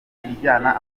ijyana